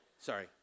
Sorry